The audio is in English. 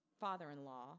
father-in-law